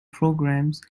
programs